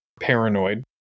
paranoid